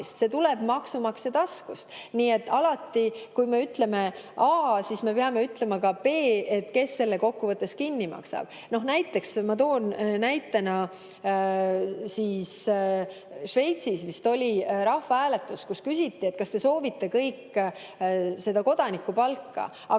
see tuleb maksumaksja taskust. Nii et alati, kui me ütleme A, siis me peame ütlema ka B, et kes selle kokkuvõttes kinni maksab. Ma toon näite. Šveitsis vist oli rahvahääletus, kus küsiti, et kas te soovite kõik seda kodanikupalka.